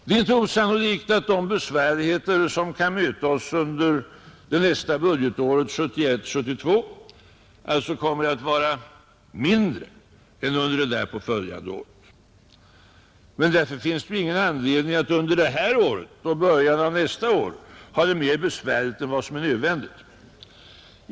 Det är inte osannolikt att de besvärligheter som kan möta oss under budgetåret 1971/72 kommer att vara mindre än under det därpå följande året. Men därför finns det ju ingen anledning att under det här året och början av nästa år ha det mera besvärligt än vad som är nödvändigt.